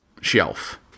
shelf